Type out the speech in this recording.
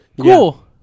Cool